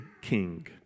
king